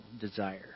desire